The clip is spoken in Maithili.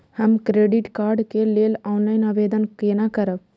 हम क्रेडिट कार्ड के लेल ऑनलाइन आवेदन केना करब?